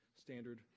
standard